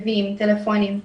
--- טלפונים,